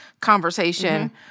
conversation